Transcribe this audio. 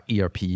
ERP